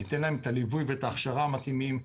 ניתן להם ליווי והכשרה מתאימים,